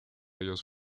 ellos